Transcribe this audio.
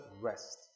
rest